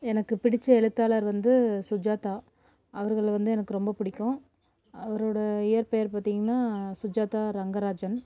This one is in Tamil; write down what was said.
எனக்கு பிடிச்ச எழுத்தாளர் வந்து சுஜாதா அவர்கள வந்து எனக்கு ரொம்ப பிடிக்கும் அவரோடய இயற்பெயர் பார்த்தீங்கன்னா சுஜாதா ரங்கராஜன்